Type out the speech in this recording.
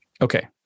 Okay